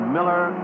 Miller